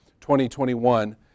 2021